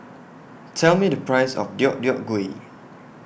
Tell Me The Price of Deodeok Gui